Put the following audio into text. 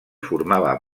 formava